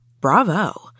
bravo